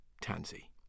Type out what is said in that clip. Tansy